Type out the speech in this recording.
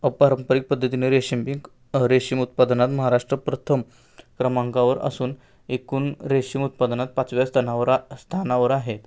अपारंपरिक पद्धतीने रेशिमिक रेशीम उत्पादनात महाराष्ट्र प्रथम क्रमांकावर असून एकूण रेशीम उत्पादनात पाचव्या स्थनावर स्थानावर आहेत